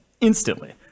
instantly